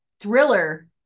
thriller